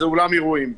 זה אולם אירועים.